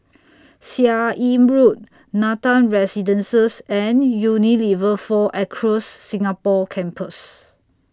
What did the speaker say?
Seah Im Road Nathan Residences and Unilever four Acres Singapore Campus